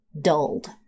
dulled